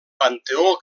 panteó